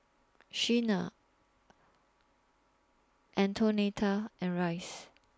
Shenna Antonetta and Rice